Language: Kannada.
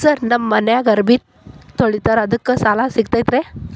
ಸರ್ ನಮ್ಮ ಮನ್ಯಾಗ ಅರಬಿ ತೊಳಿತಾರ ಅದಕ್ಕೆ ಸಾಲ ಸಿಗತೈತ ರಿ?